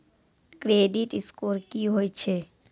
Credit score की होय छै?